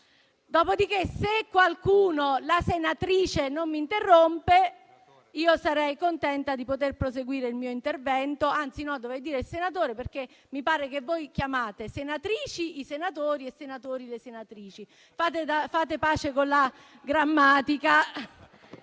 votassimo. Se la senatrice non mi interrompesse, sarei contenta di poter proseguire il mio intervento. Anzi no, dovrei dire senatore, perché mi pare che voi chiamate senatrici i senatori e senatori le senatrici. Fate pace con la grammatica.